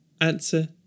Answer